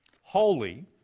holy